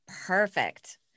Perfect